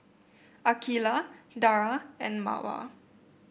Aqeelah Dara and Mawar